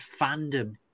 fandom